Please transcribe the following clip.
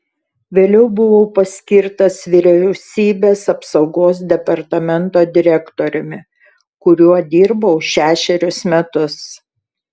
vėliau buvau paskirtas vyriausybės apsaugos departamento direktoriumi kuriuo dirbau šešerius metus